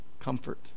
comfort